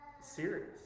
serious